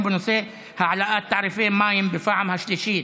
בנושא: העלאת תעריפי המים בפעם השלישית